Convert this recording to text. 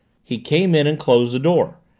he came in and closed the door.